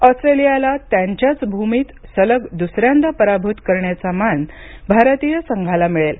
ऑस्ट्रेलियाला त्यांच्यात भूमीत सलग दुसऱ्यांदा पराभूत करण्याचा मान भारतीय संघाला मिळेल